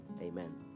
amen